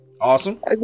awesome